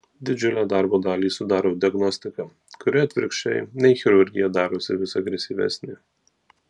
didžiulę darbo dalį sudaro diagnostika kuri atvirkščiai nei chirurgija darosi vis agresyvesnė